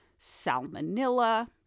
salmonella